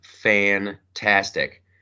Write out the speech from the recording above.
fantastic